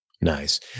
Nice